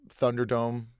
Thunderdome